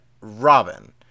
Robin